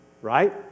Right